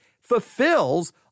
fulfills